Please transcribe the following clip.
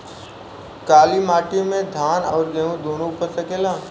काली माटी मे धान और गेंहू दुनो उपज सकेला?